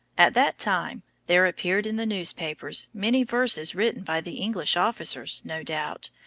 at that time, there appeared in the newspapers many verses written by the english officers, no doubt,